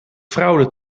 fraude